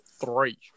three